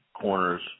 corners